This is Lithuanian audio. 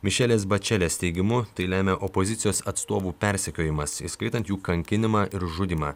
mišelės bačelės teigimu tai lemia opozicijos atstovų persekiojimas įskaitant jų kankinimą ir žudymą